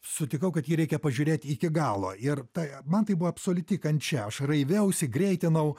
sutikau kad jį reikia pažiūrėt iki galo ir tai man tai buvo absoliuti kančia aš raiviausi greitinau